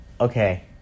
okay